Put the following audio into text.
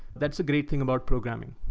that's a great thing about programming.